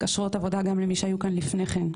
אשרות עבודה גם למי שהיו כאן לפני כן.